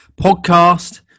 podcast